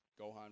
Gohan